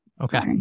Okay